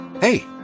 Hey